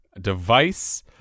device